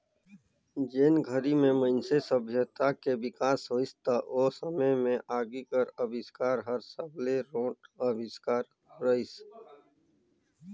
जेन घरी में मइनसे सभ्यता के बिकास होइस त ओ समे में आगी कर अबिस्कार हर सबले रोंट अविस्कार रहीस